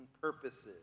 purposes